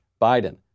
Biden